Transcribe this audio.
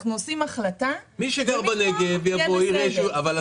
אנחנו עושים החלטה ומפה יהיה בסדר.